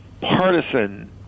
partisan